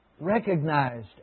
recognized